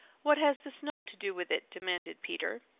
what has the snow to do with it? demanded peter.